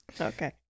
Okay